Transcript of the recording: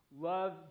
Love